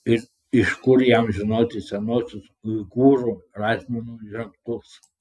ir iš kur jam žinoti senuosius uigūrų rašmenų ženklus